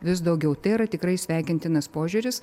vis daugiau tai yra tikrai sveikintinas požiūris